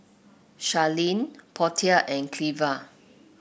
Charlene Portia and Cleva